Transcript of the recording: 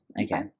Okay